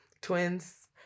Twins